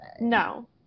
No